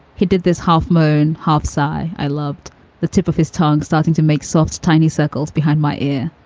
he did this half moon half sigh. i loved the tip of his tongue, starting to make soft, tiny circles behind my ear.